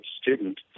student